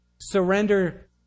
surrender